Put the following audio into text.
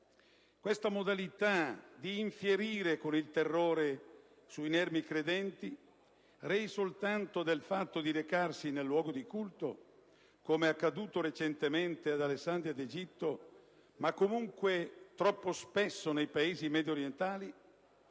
Questa modalità di infierire con il terrore su inermi credenti - rei soltanto del fatto di recarsi in un luogo di culto, come accaduto recentemente ad Alessandria d'Egitto, ma comunque troppo spesso nei Paesi mediorientali